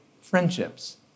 friendships